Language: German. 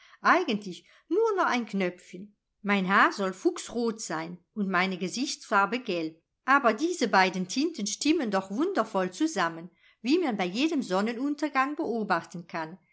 eigentlich nur noch ein knöpfchen mein haar soll fuchsrot sein und meine gesichtsfarbe gelb aber diese beiden tinten stimmen doch wundervoll zusammen wie man bei jedem sonnenuntergang beobachten kann